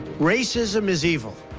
racism is evil,